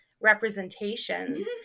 representations